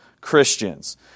Christians